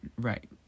right